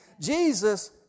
Jesus